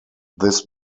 this